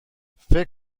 فکر